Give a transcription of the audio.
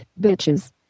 bitches